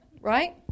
Right